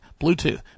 Bluetooth